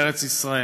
בארץ ישראל.